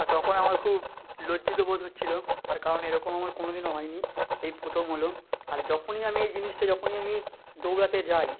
আর তখন আমার খুব লজ্জিত বোধ হচ্ছিলো তার কারণ এরকম আমার কোনো দিনও হয় নি এই প্রথম হলো আর যখনই আমি এই জিনিসটা যখনই আমি দৌড়াতে যাই